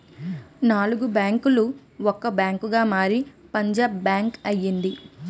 నాలుగు బ్యాంకులు ఒక బ్యాంకుగా మారి పంజాబ్ బ్యాంక్ అయింది